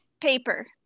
Paper